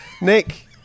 Nick